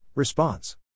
Response